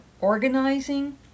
organizing